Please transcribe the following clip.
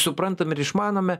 suprantam ir išmanome